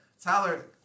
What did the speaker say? Tyler